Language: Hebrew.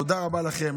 תודה רבה לכם,